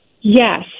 Yes